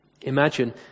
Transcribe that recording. Imagine